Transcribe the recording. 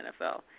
NFL